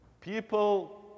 People